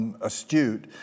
astute